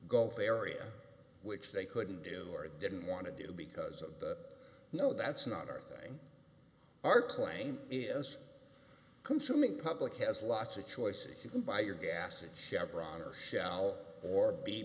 gulf area which they couldn't do or didn't want to do because of no that's not our thing our claim is consuming public has lots of choices you can buy your gas at chevron or shell or b